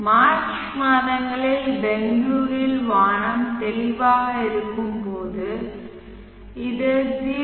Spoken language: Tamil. மார்ச் மாதங்களில் பெங்களூரில் வானம் தெளிவாக இருக்கும் போது இது 0